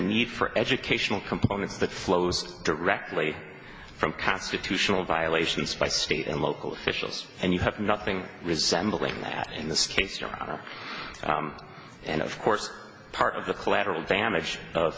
need for educational components that flows directly from constitutional violations by state and local officials and you have nothing resembling that in this case your honor and of course part of the collateral damage